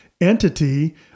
entity